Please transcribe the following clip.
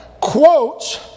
quotes